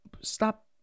stop